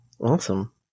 Awesome